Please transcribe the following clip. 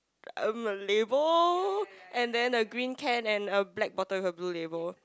um a label and then a green can and a black bottle with a blue label